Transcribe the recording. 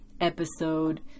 episode